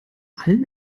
allen